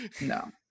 No